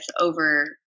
over